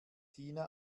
tina